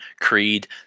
creed